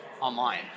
online